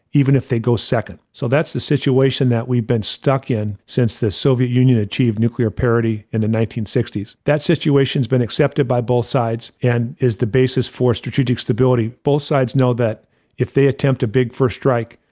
even if they go second. so, that's the situation that we've been stuck in since the soviet union achieved nuclear parity in the nineteen sixty s. that situation has been accepted by both sides and is the basis for strategic stability. both sides know that if they attempt a big first strike,